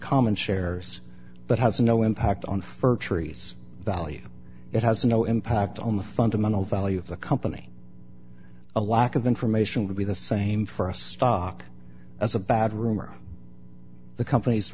common shares but has no impact on fur cerys value it has no impact on the fundamental value of the company a lack of information would be the same for a stock as a bad rumor the company's